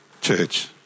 church